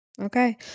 Okay